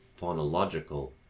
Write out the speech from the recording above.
phonological